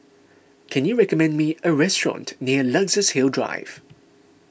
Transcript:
can you recommend me a restaurant near Luxus Hill Drive